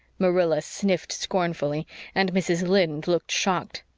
marilla sniffed scornfully and mrs. lynde looked shocked.